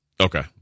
Okay